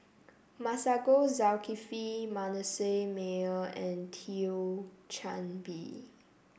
Masagos Zulkifli Manasseh Meyer and Thio Chan Bee